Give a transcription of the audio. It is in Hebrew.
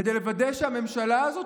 כדי לוודא שהממשלה הזאת,